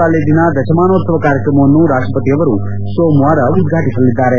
ಕಾಲೇಜಿನ ದಶಮಾನೋತ್ಲವ ಕಾರ್ಯಕ್ರಮವನ್ನು ರಾಷ್ಷಪತಿಯವರು ಸೋಮವಾರ ಉದ್ಘಾಟಿಸಲಿದ್ದಾರೆ